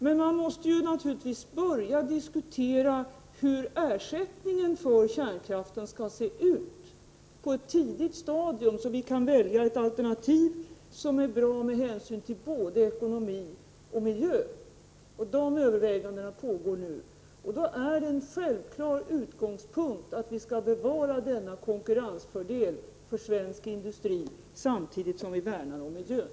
Men man måste naturligtvis på ett tidigt stadium börja diskutera hur ersättningen för kärnkraften skall se ut, så att vi kan välja ett alternativ som är bra med hänsyn till både ekonomi och miljö. De övervägandena pågår nu. Därvid är det en självklar utgångspunkt att vi skall bevara denna konkurrensfördel för svensk industri samtidigt som vi värnar om miljön.